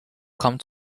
come